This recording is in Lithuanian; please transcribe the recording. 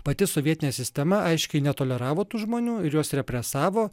pati sovietinė sistema aiškiai netoleravo tų žmonių ir juos represavo